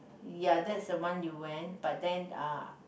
ya that's the one you went but then uh